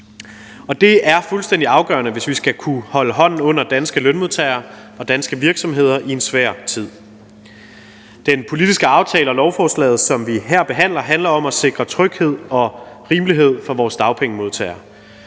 Og det er fuldstændig afgørende, hvis vi skal kunne holde hånden under danske lønmodtagere og danske virksomheder i en svær tid. Den politiske aftale og lovforslaget, som vi her behandler, handler om at sikre tryghed og rimelighed for vores dagpengemodtagere.